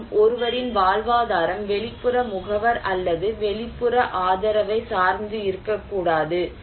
மேலும் ஒருவரின் வாழ்வாதாரம் வெளிப்புற முகவர் அல்லது வெளிப்புற ஆதரவை சார்ந்து இருக்கக்கூடாது